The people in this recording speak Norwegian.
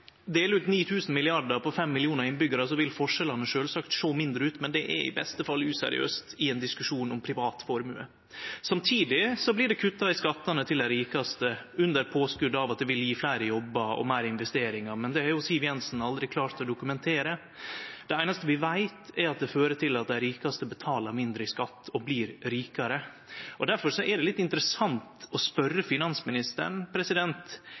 deler ut 9 000 mrd. kr på 5 millionar innbyggjarar, vil forskjellane sjølvsagt sjå mindre ut, men det er i beste fall useriøst i ein diskusjon om privat formue. Samtidig blir det kutta i skattane til dei rikaste under påskot av at det vil gje fleire jobbar og meir investering, men det har Siv Jensen aldri klart å dokumentere. Det einaste vi veit, er at det fører til at dei rikaste betaler mindre i skatt og blir rikare. Difor er det litt interessant å